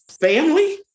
family